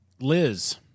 Liz